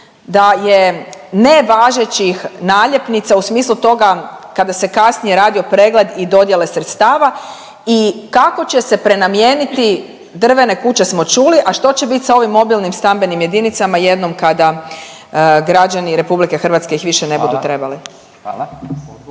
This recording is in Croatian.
da je nevažećih naljepnica u smislu toga kada se kasnije radio pregled i dodjele sredstava i kako će se prenamijeniti, drvene kuće smo čuli, a što će bit sa ovim mobilnim stambenim jedinicama jednom kada građani RH ih više ne budu trebali?